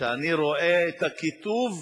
כשאני רואה את הקיטוב,